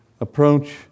approach